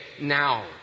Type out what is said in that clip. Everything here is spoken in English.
now